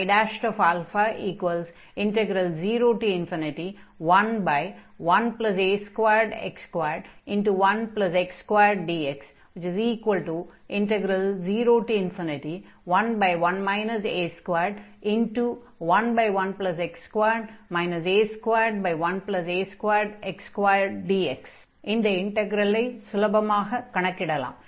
a011a2x21x2dx011 a211x2 a21a2x2dx அதன்பின் கிடைத்த இன்டக்ரலை சுலபமாகக் கணக்கிடலாம்